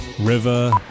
River